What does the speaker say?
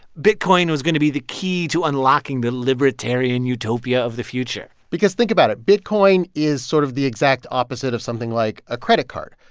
bitcoin was going to be the key to unlocking the libertarian utopia of the future because think about it bitcoin is sort of the exact opposite of something like a credit card.